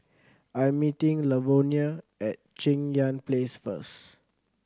I am meeting Lavonia at Cheng Yan Place first